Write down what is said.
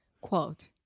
Quote